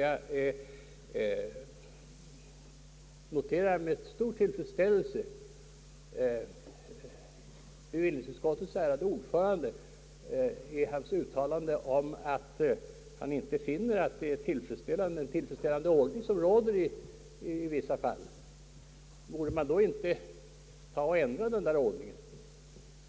Jag noterar med stor tillfredsställelse att bevillningsutskottets ärade ordförande uttalade, att han inte finner den ordning tillfredsställande som nu råder i vissa fall. Borde man då inte ändra denna ordning?